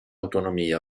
autonomia